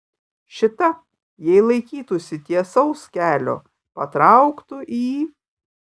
šita jei laikytųsi tiesaus kelio patrauktų į